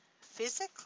physically